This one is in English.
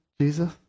Jesus